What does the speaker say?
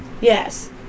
Yes